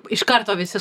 iš karto visi